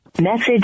Message